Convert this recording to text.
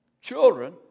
children